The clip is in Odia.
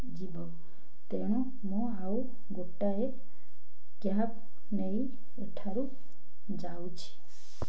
ଯିବ ତେଣୁ ମୁଁ ଆଉ ଗୋଟାଏ କ୍ୟାବ୍ ନେଇ ଏଠାରୁ ଯାଉଛି